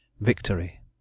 VICTORY